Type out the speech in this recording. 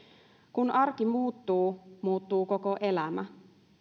kun arki muuttuu muuttuu koko elämä